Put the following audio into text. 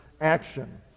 action